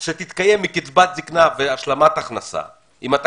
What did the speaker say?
שתתקיים מקצבת זקנה והשלמת הכנסה, אם אתה